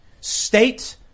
State